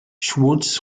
schwartz